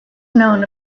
known